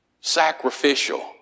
Sacrificial